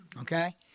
okay